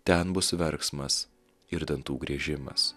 ten bus verksmas ir dantų griežimas